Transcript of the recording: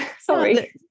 sorry